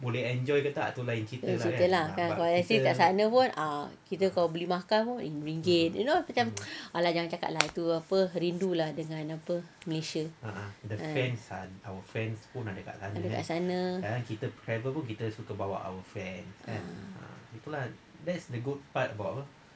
lain cerita lah kan kalau let's say kat sana pun kita kalau beli makan pun in ringgit you know macam !alah! jangan cakap lah apa rindu lah dengan apa malaysia ada kat sana ah